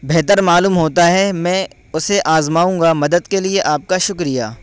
بہتر معلوم ہوتا ہے میں اسے آزماؤں گا مدد کے لیے آپ کا شکریہ